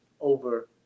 over